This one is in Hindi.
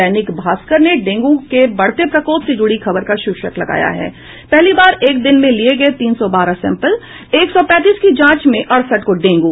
दैनिक भास्कर ने डेंगू के बढ़ते प्रकोप से जुड़ी खबर का शीर्षक लगाया है पहली बार एक दिन में लिये गये तीन सौ बारह सैंपल एक सौ पैंतीस की जांच में अड़सठ को डेंगू